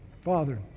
father